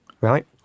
Right